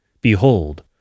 Behold